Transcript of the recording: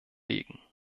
legen